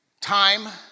time